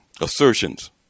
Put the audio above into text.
assertions